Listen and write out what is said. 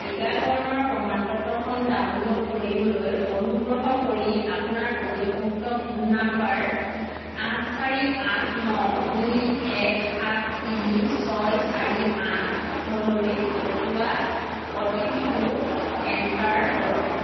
টীকাকৰণৰ প্ৰমাণপত্ৰখন ডাউনল'ড কৰিবলৈ অনুগ্ৰহ কৰি আপোনাৰ পঞ্জীভুক্ত ফোন নম্বৰ আঠ চাৰি আঠ ন দুই এক সাত তিনি ছয় চাৰি আঠ লৈ পঠিওৱা অ' টি পি টো এণ্টাৰ কৰক